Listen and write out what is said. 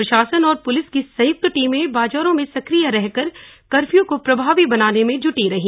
प्रशासन और पुलिस की संयुक्त टीमें बाजारों में सक्रिय रहकर कर्फ्यू को प्रभावी बनाने में जुटी रहीं